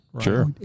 sure